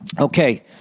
Okay